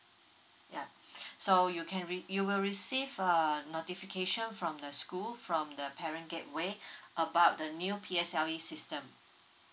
yeah so you can can review you will receive uh notification from the school from the parent gateway about the new P_S value system